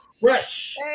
fresh